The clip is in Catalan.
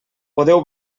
podeu